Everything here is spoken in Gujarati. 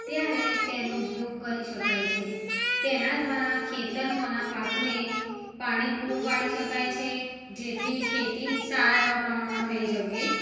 ત્યારે તેનો ઉપયોગ કરી શકાય છે તેના દ્વારા ખેતરમાંના પાકને પાણી પૂરું પાડી શકાય છે જેથી ખેતી સારા એવા પ્રમાણમાં થઈ શકે